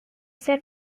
san